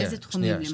באיזה תחומים?